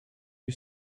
you